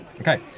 Okay